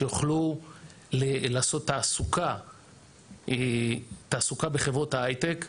שיוכלו לעשות תעסוקה בחברות ההייטק.